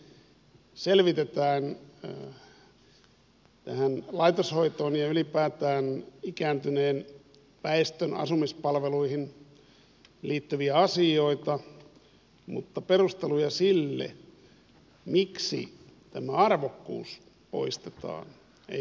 siellä kyllä erittäin laajasti selvitetään tähän laitoshoitoon ja ylipäätään ikääntyneen väestön asumispalveluihin liittyviä asioita mutta perusteluja sille miksi tämä arvokkuus poistetaan ei löydy